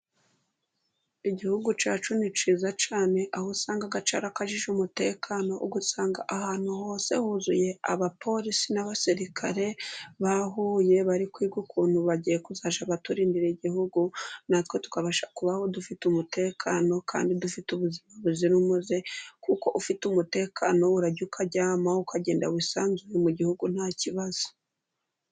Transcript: Igihugu cyacu ni cyiza cyane ,aho usanga cyakajije umutekano, ugasanga ahantu hose huzuye abapolisi n'abasirikare bahuye, bari kwiga ukuntu bagiye kwiga ukuntu kuzajya baturindira igihugu ,natwe twabasha kubaho dufite umutekano ,kandi dufite ubuzima buzira umuze, kuko ufite umutekano urarya ukaryama ,ukagenda wisanzure mu gihugu ntakibazo.